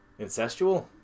incestual